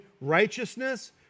righteousness